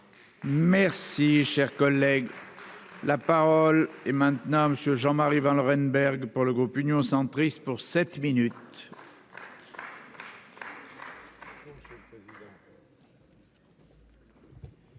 Merci, cher collègue. La parole est maintenant monsieur Jean-Marie Vanlerenberghe pour le groupe Union centriste pour sept minutes.